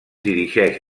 dirigeix